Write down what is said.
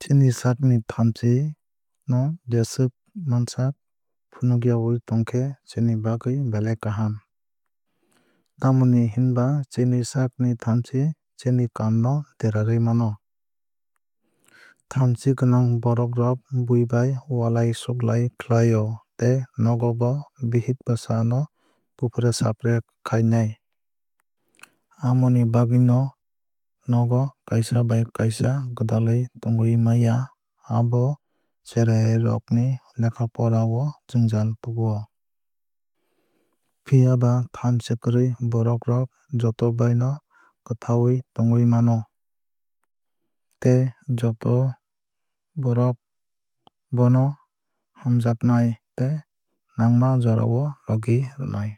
Chini saak ni thamchi no jeswk mansak phunukyawui tonkhe chini bagwui belai kaham. Tamoni hinba chini saakni thamchi chini kaam no derarwui mano. Thamchi gwnang borok rok buibai walai suglai khlai o tei nogo bo bihik bwsa no bufre supre khainai. Amoni bagwui no nogo kaisa bai kaisa gwdalwui tongwui maya abo cherai rok ni lekha pora o jwngjal tubu o. Phiaba thamchi kwrwui borok rok joto bai no kwthahwui tongwui mano. Tei joto borok bono hamnjaknai tei nangma jora o logi rwnai.